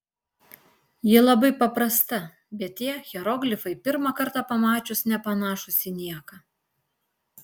ji labai paprasta bet tie hieroglifai pirmą kartą pamačius nepanašūs į nieką